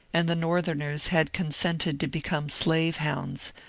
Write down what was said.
and the northerners had consented to become slave-hounds,